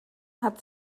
hat